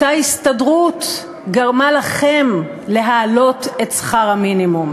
אותה ההסתדרות גרמה לכם להעלות את שכר המינימום.